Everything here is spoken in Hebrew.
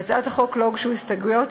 להצעת החוק לא הוגשו הסתייגויות.